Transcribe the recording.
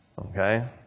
Okay